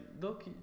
look